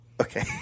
Okay